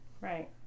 Right